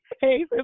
Hey